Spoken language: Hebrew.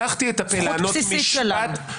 זכות בסיסית שלנו.